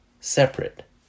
separate